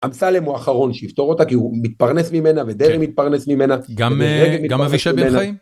אמסלם הוא האחרון שיפתור אותה כי הוא מתפרנס ממנה ודרעי מתפרנס ממנה . גם אבישי בן חיים?